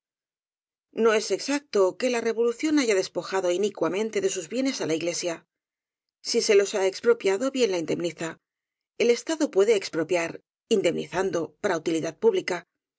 no es exacto que la revolución haya despoja do inicuamente de sus bienes á la iglesia si se los ha expropiado bien la indemniza el estado pue de expropiar indemnizando para utilidad pública